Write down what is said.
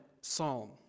psalm